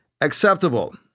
acceptable